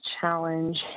challenge